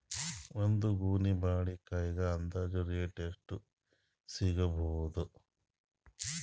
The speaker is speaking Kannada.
ಒಂದ್ ಗೊನಿ ಬಾಳೆಕಾಯಿಗ ಅಂದಾಜ ರೇಟ್ ಎಷ್ಟು ಸಿಗಬೋದ?